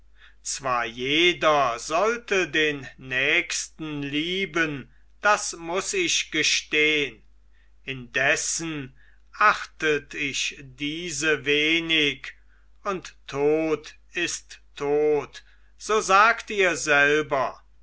zwar jeder sollte den nächsten lieben das muß ich gestehn indessen achtet ich diese wenig und tot ist tot so sagt ihr selber